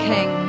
King